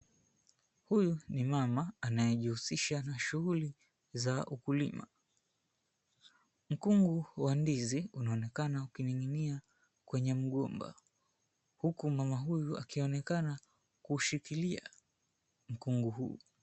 Huyu ni mama, anayejihusisha na shughuli za ukulima, Mkungu wa ndizi, unaonekana ukining'inia kwenye mgomba. Huku mama huyu akionekana kushikilia mkungu huu.